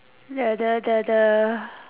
the the the the